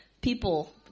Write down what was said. people